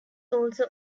also